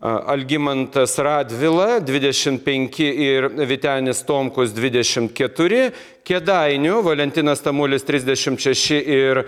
algimantas radvila dvidešimt penki ir vytenis tomkus dvidešimt keturi kėdainių valentinas tamulis trisdešimt šeši ir